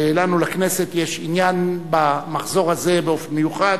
לנו, לכנסת, יש עניין במחזור הזה באופן מיוחד,